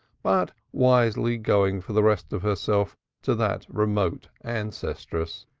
but wisely going for the rest of herself to that remote ancestress.